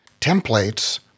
templates